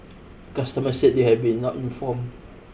customers said they had not been informed